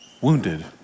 wounded